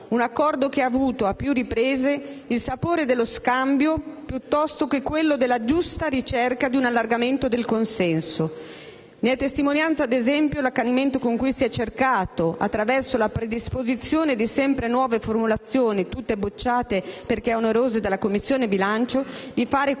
un accordo che ha avuto, a più riprese, il sapore dello scambio piuttosto che quello della giusta ricerca di un allargamento del consenso: ne è testimonianza, ad esempio, l'accanimento con cui si è cercato, attraverso la predisposizione di formulazioni sempre nuove, tutte bocciate dalla Commissione bilancio in quanto